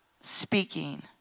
speaking